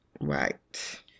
Right